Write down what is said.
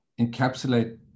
encapsulate